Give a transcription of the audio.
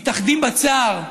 מתאחדים בצער,